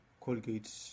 Colgate